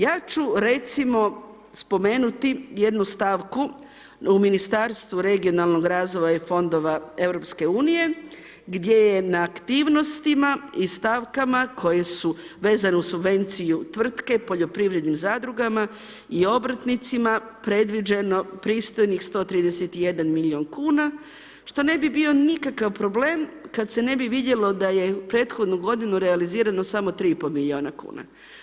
Ja ću, recimo, spomenuti jednu stavku u Ministarstvu regionalnog razvoja i Fondova EU gdje je na aktivnostima i stavkama koje su vezane uz subvenciju tvrtke, poljoprivrednim zadrugama i obrtnicima predviđeno pristojnih 131 milijun kuna, što ne bi bio nikakav problem kada se ne bi vidjelo da je prethodnu godinu realizirano samo 3,5 milijuna kuna.